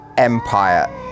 empire